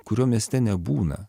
kurio mieste nebūna